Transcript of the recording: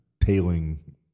tailing